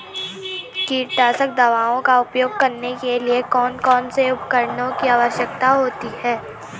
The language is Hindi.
कीटनाशक दवाओं का उपयोग करने के लिए कौन कौन से उपकरणों की आवश्यकता होती है?